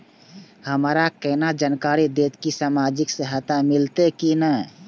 हमरा केना जानकारी देते की सामाजिक सहायता मिलते की ने?